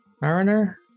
Mariner